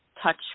touch